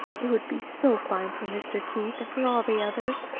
it would be so fine for mr. keith, and for all the others.